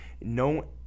no